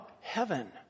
heaven